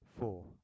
four